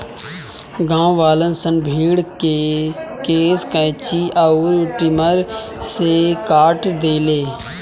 गांववालन सन भेड़ के केश कैची अउर ट्रिमर से काट देले